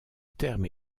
terme